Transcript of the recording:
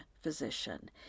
physician